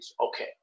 Okay